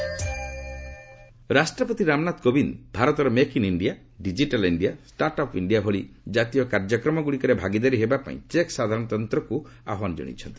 ରାଷ୍ଟ୍ରପତି Indian diaspora ରାଷ୍ଟପତି ରାମନାଥ କୋବିନ୍ଦ ଭାରତର make in India digital India ଓ ଷ୍ଟାର୍ଟ ଅପ୍ ଇଣ୍ଡିଆ ଭଳି ଜାତୀୟ କାର୍ଯ୍ୟକ୍ରମ ଗୁଡିକରେ ଭାଗିଦାରୀ ହେବା ପାଇଁ ଚେକ୍ ସାଧାରଣତନ୍ତ୍ରକୁ ଆହ୍ଚାନ ଜଣାଇଛନ୍ତି